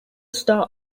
star